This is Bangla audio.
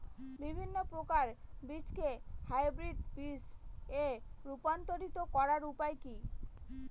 বিভিন্ন প্রকার বীজকে হাইব্রিড বীজ এ রূপান্তরিত করার উপায় কি?